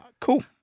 cool